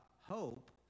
hope